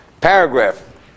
paragraph